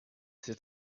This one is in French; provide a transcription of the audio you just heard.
c’est